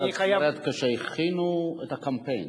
אתה מדבר, כשהכינו את הקמפיין.